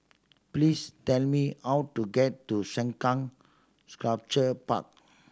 please tell me how to get to Sengkang Sculpture Park